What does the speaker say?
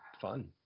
Fun